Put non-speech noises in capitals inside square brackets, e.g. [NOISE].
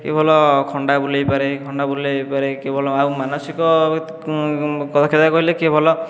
କିଏ ଭଲ ଖଣ୍ଡା ବୁଲାଇ ପାରେ ଖଣ୍ଡା ବୁଲାଇ ପାରେ କିଏ ଭଲ ଆଉ ମାନସିକ [UNINTELLIGIBLE] ଦକ୍ଷତା କହିଲେ କିଏ ଭଲ